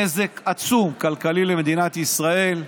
נזק עצום כלכלי למדינת ישראל.